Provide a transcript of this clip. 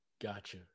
gotcha